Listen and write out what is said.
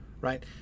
right